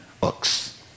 books